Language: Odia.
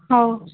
ହଉ